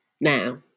now